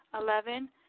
Eleven